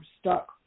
stuck